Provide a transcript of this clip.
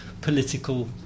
political